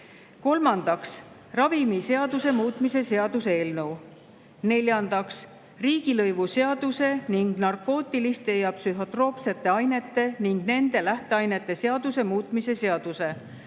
Kolmandaks, ravimiseaduse muutmise seaduse eelnõu. Neljandaks, riigilõivuseaduse ning narkootiliste ja psühhotroopsete ainete ning nende lähteainete seaduse muutmise seaduse